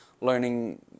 learning